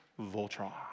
Voltron